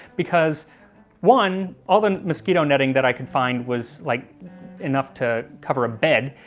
because one all the mosquito netting that i could find was like enough to cover a bed,